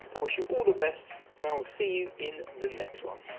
i wish you all the best and i will see you in the next one.